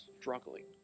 struggling